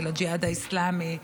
הג'יהאד האסלאמי,